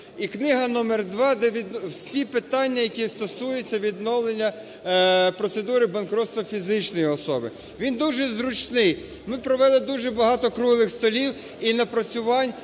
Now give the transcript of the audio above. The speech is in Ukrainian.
і книга номер 2, де всі питання, які стосуються відновлення процедури банкрутства фізичної особи. Він дуже зручний. Ми провели дуже багато круглих столів і напрацювань,